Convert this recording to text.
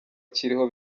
akiriho